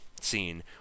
scene